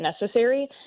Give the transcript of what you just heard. necessary